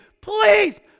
please